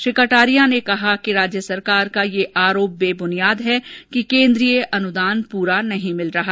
श्री कटारिया ने कहा कि राज्य सरकार का यह आरोप बेब्नियाद है कि केंद्रीय अनुदान पूरा नही मिल रहा